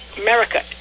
America